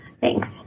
Thanks